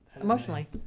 emotionally